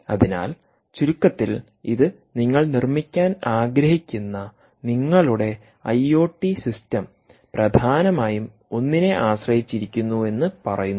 അതിനാൽ ചുരുക്കത്തിൽ ഇത് നിങ്ങൾ നിർമ്മിക്കാൻ ആഗ്രഹിക്കുന്ന നിങ്ങളുടെ ഐഒടി സിസ്റ്റം പ്രധാനമായും ഒന്നിനെ ആശ്രയിച്ചിരിക്കുന്നുവെന്ന് പറയുന്നു